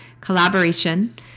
collaboration